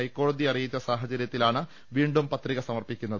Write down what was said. ഹൈക്കോടതിയെ അറിയിച്ച സാഹചരൃത്തിലാണ് വീണ്ടും പത്രിക സമർപ്പിക്കുന്നത്